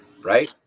Right